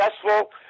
successful